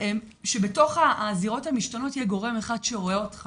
שבתוך הזירות המשתנות יהיה גורם אחד שרואה אותך